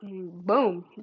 Boom